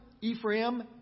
Ephraim